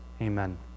Amen